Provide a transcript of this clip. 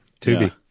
Tubi